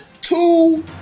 two